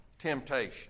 Temptation